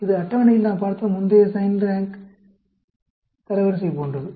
இது அட்டவணையில் நாம் பார்த்த முந்தைய சைன்ட் தரவரிசை போன்றது